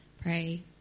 pray